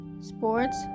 Sports